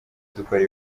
dukora